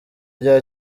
rya